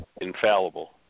infallible